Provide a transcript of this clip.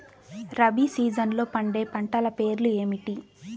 రబీ సీజన్లో పండే పంటల పేర్లు ఏమిటి?